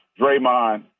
Draymond